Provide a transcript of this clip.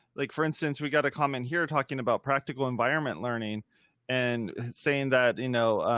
like for instance, we got a comment here talking about practical environment learning and saying that, you know,